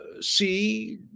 see